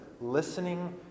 listening